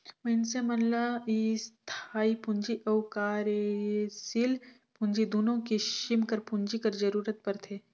मइनसे मन ल इस्थाई पूंजी अउ कारयसील पूंजी दुनो किसिम कर पूंजी कर जरूरत परथे